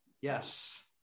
Yes